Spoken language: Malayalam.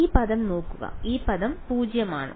ഈ പദം നോക്കുക ഈ പദം പൂജ്യമല്ല